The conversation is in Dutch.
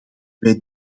wij